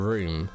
Room